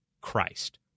Christ